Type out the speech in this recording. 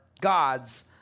God's